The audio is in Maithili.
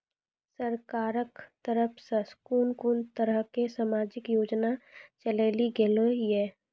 सरकारक तरफ सॅ कून कून तरहक समाजिक योजना चलेली गेलै ये?